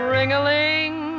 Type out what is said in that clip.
Ring-a-ling